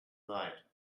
sight